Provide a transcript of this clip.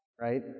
right